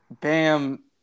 Bam